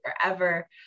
forever